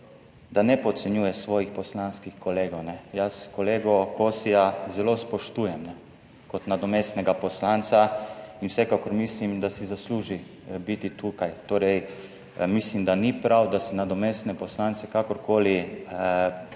da ne podcenjuje svojih poslanskih kolegov. Jaz kolega Kosija zelo spoštujem kot nadomestnega poslanca in vsekakor mislim, da si zasluži biti tukaj, torej mislim, da ni prav, da se nadomestne poslance kakorkoli